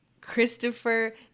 Christopher